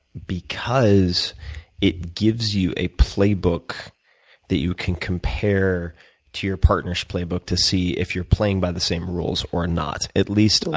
because it gives you a playbook that you can compare to your partner's playbook to see if you're playing by the same rules or not, at least,